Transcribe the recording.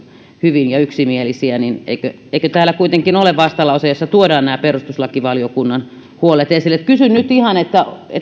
hyvin ja yksimielisiä niin eikö täällä kuitenkin vastalauseessa tuoda esille nämä perustuslakivaliokunnan huolet kysyn nyt ihan